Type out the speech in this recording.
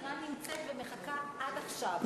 חברת הכנסת בירן נמצאת ומחכה עד עכשיו.